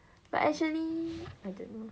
but actually I don't know